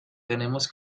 tenemos